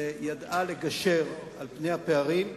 שידעה לגשר על פני הפערים,